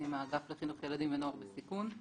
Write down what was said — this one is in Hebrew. אני מהאגף לחינוך ילדים ונוער בסיכון.